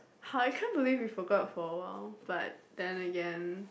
how I can't maybe we forgot for a while but then again